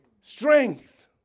strength